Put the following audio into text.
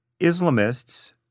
Islamists